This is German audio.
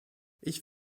ich